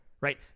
right